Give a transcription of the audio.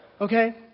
Okay